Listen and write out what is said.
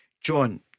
John